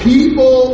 People